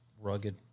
rugged